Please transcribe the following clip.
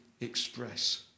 express